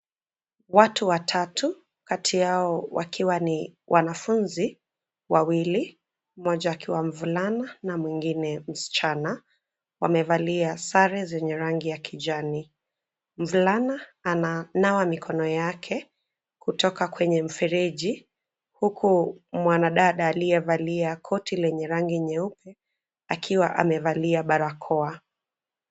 Watu watatu kati yao wakiwa ni wanafunzi wawili, mmoja akiwa mvulana na mwingine msichana, wamevalia sare zenye rangi ya kijani. Mvulana ananawa mikono yake kutoka kwenye mfereji huku mwanadada aliyevalia koti lenye rangi nyeupe akiwa amevalia barakoa.